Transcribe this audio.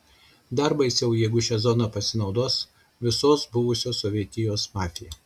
dar baisiau jeigu šia zona pasinaudos visos buvusios sovietijos mafija